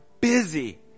busy